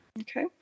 Okay